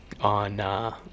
on